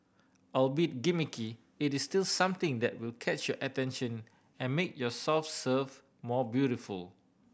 albeit gimmicky it is still something that will catch your attention and make your soft serve more beautiful